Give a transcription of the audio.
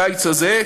הקיץ הזה,